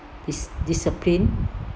is discipline